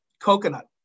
coconut